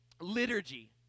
liturgy